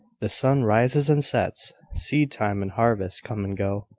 the sun rises and sets, seed-time and harvest come and go,